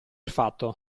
fatto